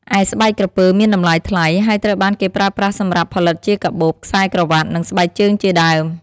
ឯស្បែកក្រពើមានតម្លៃថ្លៃ ហើយត្រូវបានគេប្រើប្រាស់សម្រាប់ផលិតជាកាបូប ខ្សែក្រវ៉ាត់ និងស្បែកជើងជាដើម។